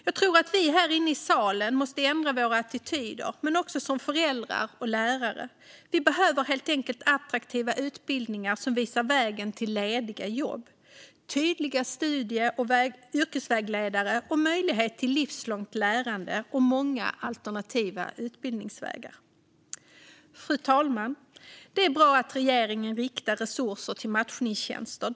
Jag tror att vi här inne i salen men också föräldrar och lärare måste ändra våra attityder. Vi behöver helt enkelt attraktiva utbildningar som visar vägen till lediga jobb, tydliga studie och yrkesvägledare, möjlighet till livslångt lärande och många alternativa utbildningsvägar. Fru talman! Det är bra att regeringen riktar resurser till matchningstjänster.